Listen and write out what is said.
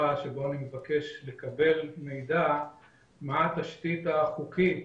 שבו אני מבקש לקבל מידע מה התשתית החוקית